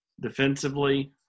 defensively